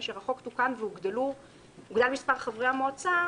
כאשר החוק תוקן והוגדל מספר חברי המועצה,